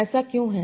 ऐसा क्यों है